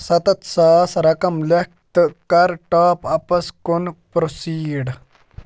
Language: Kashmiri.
سَتَتھ ساس رقم لیٚکھ تہٕ کَر ٹاپ اَپَس کُن پرٛوسیٖڈ